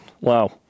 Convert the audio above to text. Wow